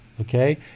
Okay